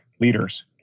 leaders